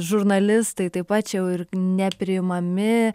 žurnalistai taip pat čia jau ir nepriimami